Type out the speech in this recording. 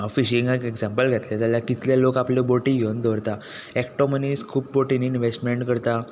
फिशिंगाक example घेतलें जाल्या कितले लोक आपल्यो बोटी घेवन दवरता एकटो मनीस खूब बोटींनी इनवॅस्टमँट करता